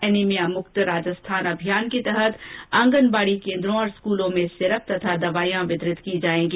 anaemia मुक्त राजस्थान के तहत आंगनबाडी केन्द्रो और स्कूलों में सिरप तथा दवाईयां वितरित की जायेगी